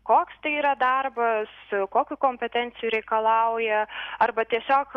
koks tai yra darbas kokių kompetencijų reikalauja arba tiesiog